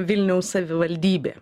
vilniaus savivaldybė